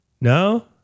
No